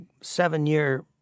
seven-year